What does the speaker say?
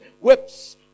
whips